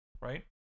right